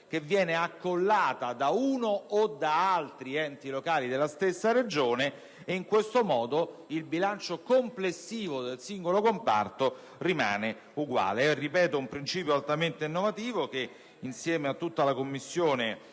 locale viene accollata da uno o da altri enti locali della stessa Regione e, in questo modo, il bilancio complessivo del singolo comparto rimane uguale. Ripeto che si tratta di un principio altamente innovativo, che insieme a tutta la Commissione